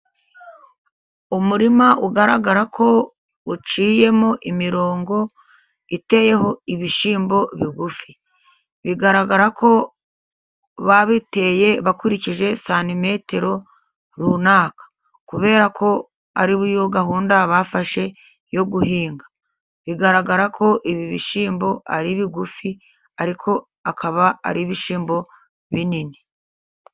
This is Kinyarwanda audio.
Umurima ugaragara ko uciyemo imirongo iteyeho ibishyimbo bigufi, bigaragara ko babiteye bakurikije santimetero runaka, kubera ko ari iyo gahunda bafashe yo guhinga, bigaragara ko ibi bishyimbo ari bigufi ariko akaba ari ibishyimbo binini.